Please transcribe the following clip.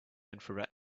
infrared